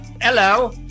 Hello